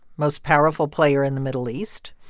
most powerful player in the middle east.